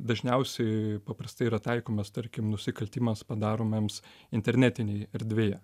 dažniausiai paprastai yra taikomas tarkim nusikaltimas padaromiems internetinėj erdvėje